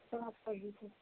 सभ सब्जी छै